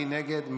מי נגד?